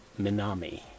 Minami